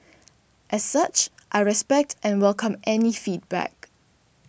as such I respect and welcome any feedback